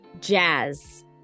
Jazz